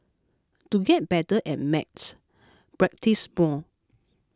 to get better at maths practise more